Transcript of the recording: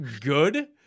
good